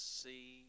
see